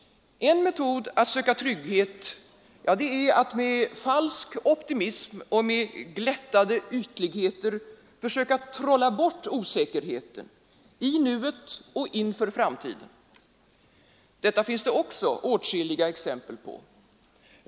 En metod att söka trygghet är att med falsk optimism och glättade ytligheter försöka trolla bort osäkerheten i nuet och inför framtiden. Detta finns det också åtskilliga exempel på.